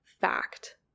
fact